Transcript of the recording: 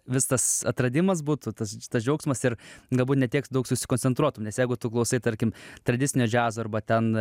vis tas atradimas būtų tas tas džiaugsmas ir galbūt ne tiek daug susikoncentruotum nes jeigu tu klausai tarkim tradicinio džiazo arba ten